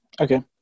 Okay